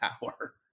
power